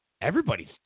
Everybody's